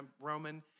Roman